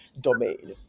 domain